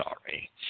sorry